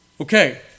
Okay